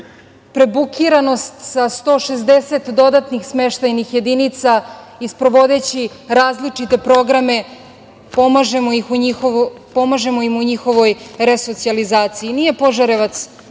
prebukiranost sa 160 dodatnih smeštajnih jedinica i sprovodeći različite programe pomažemo im u njihovoj resocijalizaciji. Nije Požarevac